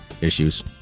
issues